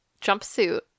jumpsuit